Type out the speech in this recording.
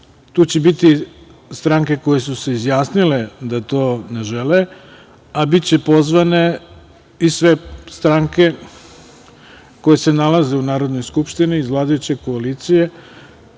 će biti stranke koje su se izjasnile da to ne žele, a biće pozvane i sve stranke koje se nalaze u Narodnoj skupštini iz vladajuće koalicije